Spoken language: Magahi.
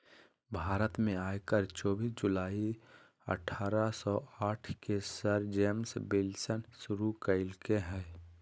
भारत में आयकर चोबीस जुलाई अठारह सौ साठ के सर जेम्स विल्सन शुरू कइल्के हल